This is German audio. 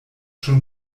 schon